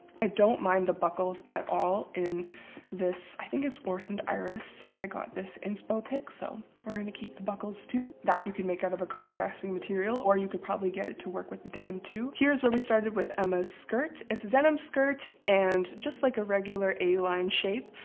i don't mind the buckles at all in this. i think it's oresund. iris where i got this in spo pic so we're gonna keep the buckles to that you can make out of a contrasting material or you could probably get it to work with the denim, too here's where we started with emma's skirt it's a denim skirt and just like a regular a line shape,